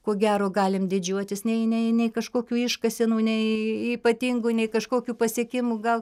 ko gero galim didžiuotis nei nei nei kažkokių iškasenų nei ypatingų nei kažkokių pasiekimų gal